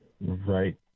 right